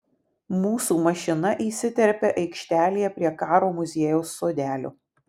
mūsų mašina įsiterpia aikštelėje prie karo muziejaus sodelio